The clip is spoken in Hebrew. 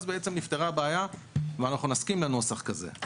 אז נפתרה הבעיה ונסכים לנוסח כזה.